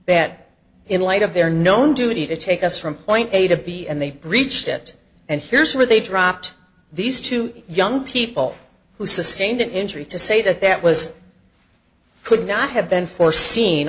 that in light of their known duty to take us from point a to b and they reached it and here's where they dropped these two young people who sustained an injury to say that that was could not have been foreseen